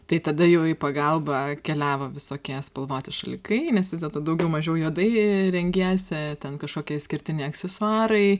tai tada jau į pagalbą keliavo visokie spalvoti šalikai nes vis dėlto daugiau mažiau juodai rengiesi ten kažkokie išskirtiniai aksesuarai